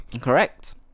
Correct